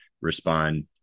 respond